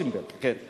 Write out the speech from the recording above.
עם יוסי ביילין, כן.